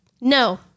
No